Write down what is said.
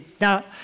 Now